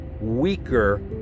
weaker